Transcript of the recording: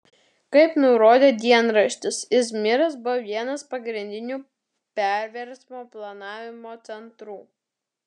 kaip nurodė dienraštis izmyras buvo vienas pagrindinių perversmo planavimo centrų